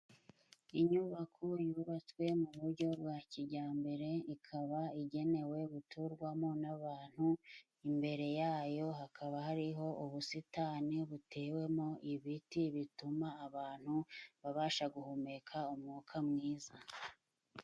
Inyubako yubatswe mu buryo bwa kijyambere, ikaba igenewe guturwamo n'abantu, imbere yayo hakaba hariho ubusitani butewemo ibiti bituma abantu babasha guhumeka umwuka mwiza.